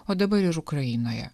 o dabar ir ukrainoje